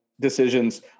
decisions